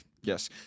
Yes